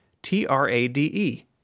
T-R-A-D-E